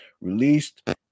released